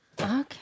Okay